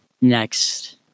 next